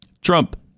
Trump